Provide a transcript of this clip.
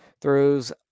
throws